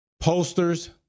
posters